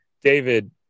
David